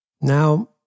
Now